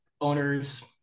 owners